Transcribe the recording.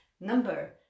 number